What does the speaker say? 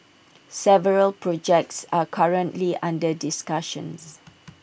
several projects are currently under discussion